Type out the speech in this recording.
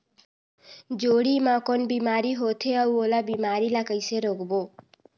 जोणी मा कौन बीमारी होथे अउ ओला बीमारी ला कइसे रोकबो?